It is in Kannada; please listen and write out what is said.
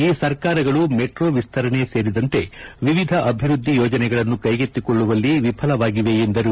ಈ ಸರ್ಕಾರಗಳು ಮೆಟ್ರೋ ವಿಸ್ತರಣೆ ಸೇರಿದಂತೆ ವಿವಿಧ ಅಭಿವೃದ್ದಿ ಯೋಜನೆಗಳನ್ನು ಕೈಗೆತ್ತಿಕೊಳ್ಳುವಲ್ಲಿ ವಿಫಲವಾಗಿವೆ ಎಂದರು